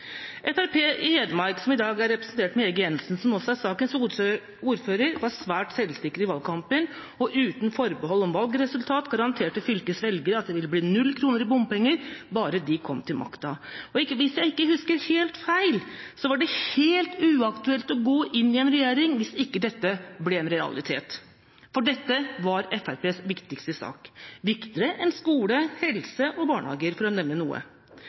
i Hedmark, som i dag er representert ved Hege Jensen, som også er sakens ordfører, var svært selvsikre i valgkampen, og garanterte, uten forbehold om valgresultat, fylkets velgere at det ville bli null kroner i bompenger bare de kom til makta. Hvis jeg ikke husker helt feil, var det helt uaktuelt å gå inn i en regjering hvis dette ikke ble en realitet. For dette var Fremskrittspartiets viktigste sak – viktigere enn skole, helse og barnehager, for å nevne noe.